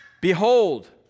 Behold